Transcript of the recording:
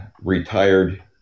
retired